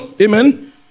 amen